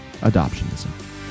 adoptionism